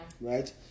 Right